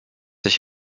ich